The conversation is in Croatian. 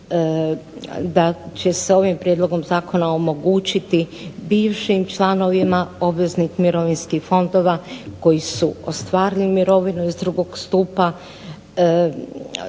da će se ovim prijedlogom zakona omogućiti bivšim članovima obveznih mirovinskih fondova koji su ostvarili mirovinu iz drugog stupa